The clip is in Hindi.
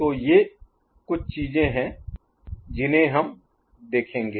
तो ये कुछ चीजें हैं जिन्हे हम देखेंगे